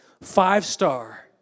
five-star